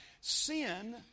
Sin